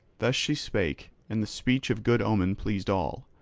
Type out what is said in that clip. thus she spake and the speech of good omen pleased all.